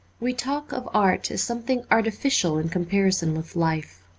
we talk of art as something artificial in comparison with life.